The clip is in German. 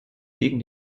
gegen